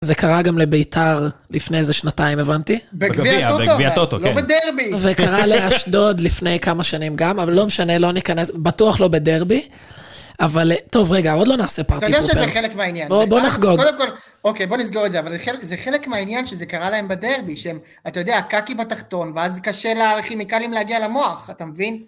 זה קרה גם לביתר לפני איזה שנתיים, הבנתי. בגביעתות, אוקיי. לא בדרבי. וקרה לאשדוד לפני כמה שנים גם, אבל לא משנה, לא ניכנס, בטוח לא בדרבי, אבל, טוב, רגע, עוד לא נעשה פארטי פופר. אתה יודע שזה חלק מהעניין. בוא נחגוג. קודם כול, אוקיי, בוא נסגור את זה, אבל זה חלק מהעניין שזה קרה להם בדרבי, שאתה יודע, הקקי בתחתון, ואז קשה לכימיקלים להגיע למוח, אתה מבין?